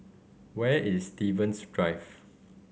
where is Stevens Drive